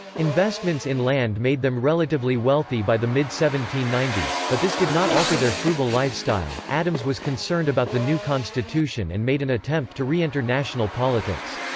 investments in land made them relatively wealthy by the mid seventeen ninety s, but this did not alter their frugal lifestyle adams was concerned about the new constitution and made an attempt to re-enter national politics.